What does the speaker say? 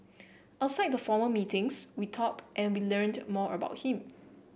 outside the formal meetings we talked and we learnt more about him